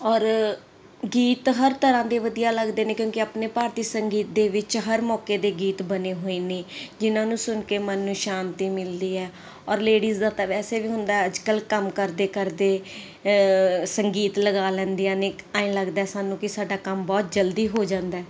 ਔਰ ਗੀਤ ਹਰ ਤਰ੍ਹਾਂ ਦੇ ਵਧੀਆ ਲੱਗਦੇ ਨੇ ਕਿਉਂਕਿ ਆਪਣੇ ਭਾਰਤੀ ਸੰਗੀਤ ਦੇ ਵਿੱਚ ਹਰ ਮੌਕੇ ਦੇ ਗੀਤ ਬਣੇ ਹੋਏ ਨੇ ਜਿਨ੍ਹਾਂ ਨੂੰ ਸੁਣ ਕੇ ਮਨ ਨੂੰ ਸ਼ਾਂਤੀ ਮਿਲਦੀ ਹੈ ਔਰ ਲੇਡੀਜ਼ ਦਾ ਤਾਂ ਵੈਸੇ ਵੀ ਹੁੰਦਾ ਹੈ ਅੱਜ ਕੱਲ੍ਹ ਕੰਮ ਕਰਦੇ ਕਰਦੇ ਸੰਗੀਤ ਲਗਾ ਲੈਂਦੀਆਂ ਨੇ ਇੱਕ ਐਂਏ ਲੱਗਦਾ ਸਾਨੂੰ ਕਿ ਸਾਡਾ ਕੰਮ ਬਹੁਤ ਜਲਦੀ ਹੋ ਜਾਂਦਾ ਹੈ